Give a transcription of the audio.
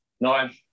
nine